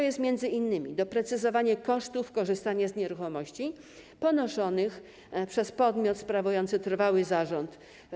Jest to m.in. doprecyzowanie kosztów korzystania z nieruchomości ponoszonych przez podmiot sprawujący trwały zarząd.